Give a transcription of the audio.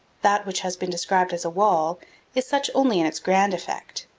that which has been described as a wall is such only in its grand effect.